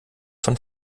von